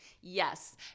yes